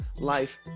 life